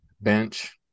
bench